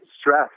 stress